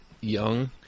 young